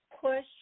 push